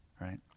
Right